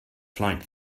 flight